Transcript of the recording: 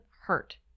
hurt